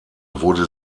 wurde